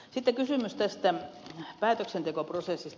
sitten kysymys tästä päätöksentekoprosessista